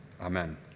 amen